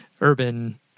urban